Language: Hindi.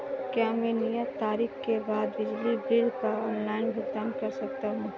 क्या मैं नियत तारीख के बाद बिजली बिल का ऑनलाइन भुगतान कर सकता हूं?